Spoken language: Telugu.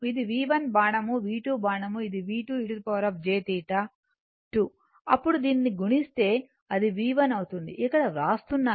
అది V1 బాణం V2 బాణం అది V2 e jθ 2 అప్పుడు దీనిని గుణిస్తే అది V1 అవుతుంది ఇక్కడ వ్రాస్తున్నాను